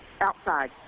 Outside